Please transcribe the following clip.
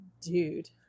dude